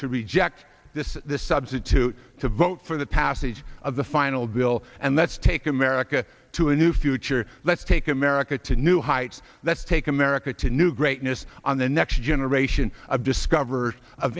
to reject this the substitute to vote for the passage of the final bill and let's take america to a new future let's take america to new heights let's take america to new greatness on the next generation of discoverers of